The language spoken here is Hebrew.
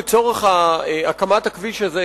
לצורך הקמת הכביש הזה,